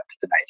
tonight